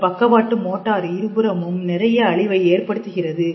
இந்த பக்கவாட்டு மோட்டாரு இருபுறமும் நிறைய அழிவை ஏற்படுத்துகிறது